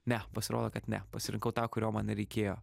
ne pasirodo kad ne pasirinkau tą kurio man ir reikėjo